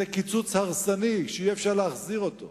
זה קיצוץ הרסני שאי-אפשר להחזיר אותו.